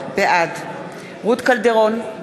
בעד רות קלדרון,